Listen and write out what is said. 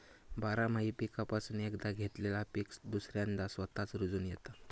बारमाही पीकापासून एकदा घेतलेला पीक दुसऱ्यांदा स्वतःच रूजोन येता